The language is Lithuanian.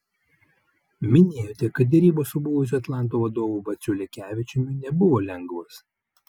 minėjote kad derybos su buvusiu atlanto vadovu vaciu lekevičiumi nebuvo lengvos